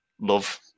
love